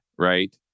right